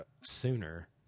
sooner